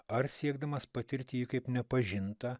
ar siekdamas patirti jį kaip nepažintą